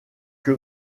que